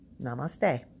Namaste